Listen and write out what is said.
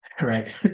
Right